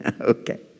okay